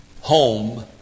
home